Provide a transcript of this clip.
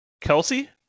Kelsey